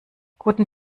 guten